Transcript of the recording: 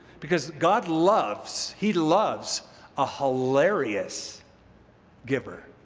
because god loves he loves a hilarious giver.